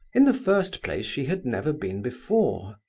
in the first place, she had never been before.